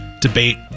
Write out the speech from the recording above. debate